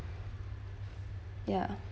ya